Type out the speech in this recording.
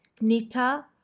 Nita